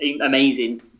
amazing